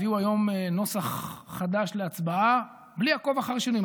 הביאו היום נוסח חדש להצבעה בלי מעקב אחר שינויים.